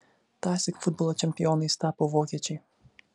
tąsyk futbolo čempionais tapo vokiečiai